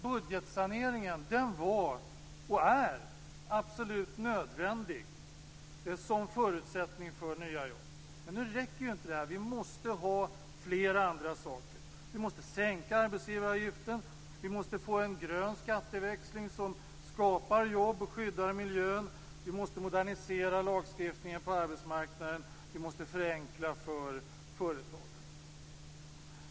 Budgetsaneringen var och är absolut nödvändig som förutsättning för nya jobb, men nu räcker inte den. Det måste till flera andra saker. Arbetsgivaravgiften måste sänkas. Det måste bli en grön skatteväxling som skapar jobb och skyddar miljön. Lagstiftningen på arbetsmarknaden måste moderniseras. Vi måste också förenkla för företagandet.